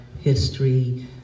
history